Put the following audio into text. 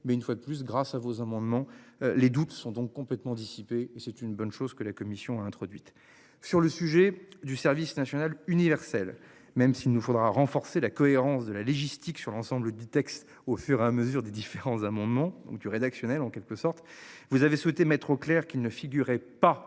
Mais une fois de plus grâce à vos amendements les doutes sont donc complètement dissipé et c'est une bonne chose que la commission introduite sur le sujet du service national universel même s'il nous faudra renforcer la cohérence de la légistique sur l'ensemble du texte au fur et à mesure des différents amendements du rédactionnel en quelque sorte. Vous avez souhaité mettre au clair qui ne figurait pas